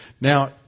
Now